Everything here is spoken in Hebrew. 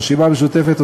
הרשימה המשותפת,